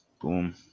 boom